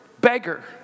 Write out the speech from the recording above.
beggar